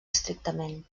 estrictament